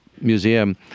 museum